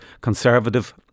conservative